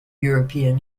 european